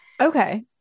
Okay